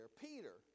Peter